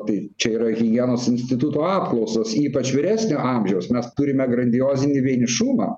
tai čia yra higienos instituto apklausos ypač vyresnio amžiaus mes turime grandiozinį vienišumą